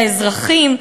לאזרחים.